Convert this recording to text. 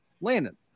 Landon